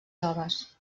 joves